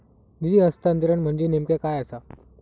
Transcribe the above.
निधी हस्तांतरण म्हणजे नेमक्या काय आसा?